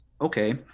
Okay